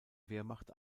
wehrmacht